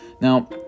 Now